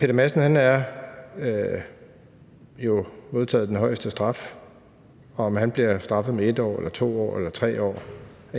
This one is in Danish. Peter Madsen har jo modtaget den højeste straf, og om han bliver straffet med 1 år eller 2 år eller 3 år mere